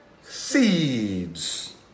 seeds